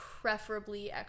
preferably